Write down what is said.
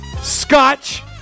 scotch